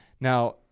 Now